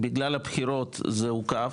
בגלל הבחירות זה עוכב,